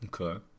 Okay